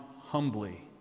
humbly